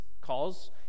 calls